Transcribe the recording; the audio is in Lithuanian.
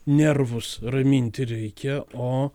nervus raminti reikia o